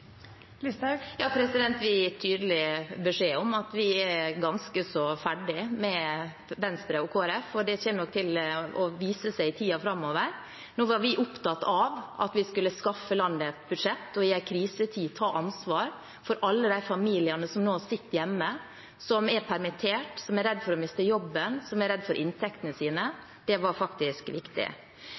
Vi har gitt tydelig beskjed om at vi er ganske så ferdig med Venstre og Kristelig Folkeparti, og det kommer nok til å vise seg i tiden framover. Nå var vi opptatt av at vi skulle skaffe landet et budsjett og i en krisetid ta ansvar for alle de familiene som nå sitter hjemme, som er permittert, som er redde for å miste jobben, som er redde for inntektene sine. Det var faktisk viktig.